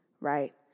right